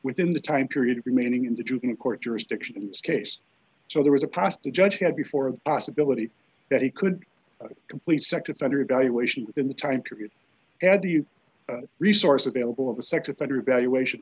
within the time period remaining in the juvenile court jurisdiction in this case so there was a pasta judge had before possibility that he could complete sex offender evaluation within the time period add to you resource available of the sex offender evaluation